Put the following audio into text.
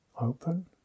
open